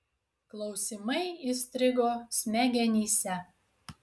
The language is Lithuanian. klausimai įstrigo smegenyse